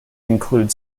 include